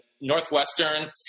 Northwestern